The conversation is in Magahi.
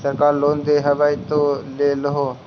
सरकार लोन दे हबै तो ले हो?